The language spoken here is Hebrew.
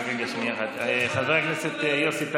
חבר הכנסת יוסי טייב,